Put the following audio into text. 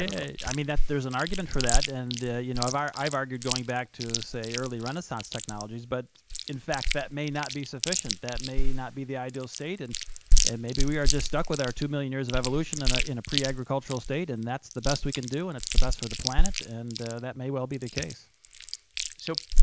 i mean that there's an argument for that. and, you know, i've argued going back to, say, early renaissance technologies but in fact that may not be sufficient, that may not be the ideal state, and and maybe we are just stuck with our two million years of evolution in ah in a pre-agricultural state, and that's the best we can do and it's the best for the planet. and that may well be the case. steve so, you